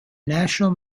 national